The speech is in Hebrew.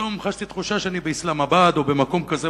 פתאום חשתי תחושה שאני באסלאמבאד או במקום כזה,